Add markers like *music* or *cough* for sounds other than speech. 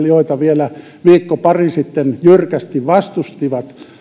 *unintelligible* joita vielä viikko pari sitten jyrkästi vastustivat